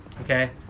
Okay